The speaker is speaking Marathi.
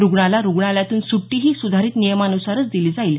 रुग्णाला रुग्णालयातून सुटीही सुधारित नियमानुसार दिली जाईल